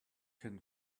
can